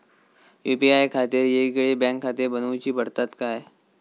UPI खातीर येगयेगळे बँकखाते बनऊची पडतात काय?